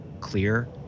clear